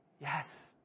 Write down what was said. Yes